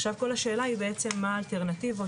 עכשיו כל השאלה היא בעצם מהן האלטרנטיבות